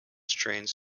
trains